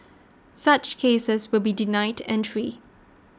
such cases will be denied entry